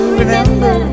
remember